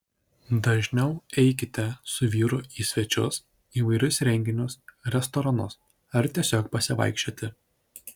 dažniau eikite su vyru į svečius įvairius renginius restoranus ar tiesiog pasivaikščioti